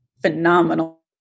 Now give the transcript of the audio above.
phenomenal